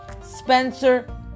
Spencer